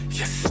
yes